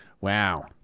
Wow